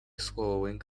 swallowing